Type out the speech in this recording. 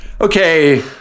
okay